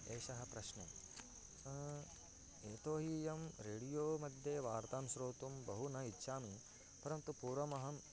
एषः प्रश्ने यतो हि इयं रेडियोमध्ये वार्तां श्रोतुं बहु न इच्छामि परन्तु पूर्वमहम्